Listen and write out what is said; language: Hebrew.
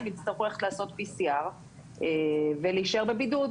הם יצטרכו ללכת לעשות בדיקת pcr ולהישאר בבידוד,